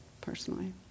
personally